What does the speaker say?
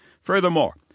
Furthermore